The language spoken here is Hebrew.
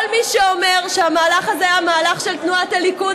גם נתניהו תמך בזה לכל מי שאומר שהמהלך הזה היה מהלך של תנועת הליכוד,